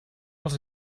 els